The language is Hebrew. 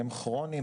שהם כרוניים,